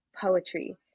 poetry